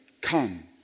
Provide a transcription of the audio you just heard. Come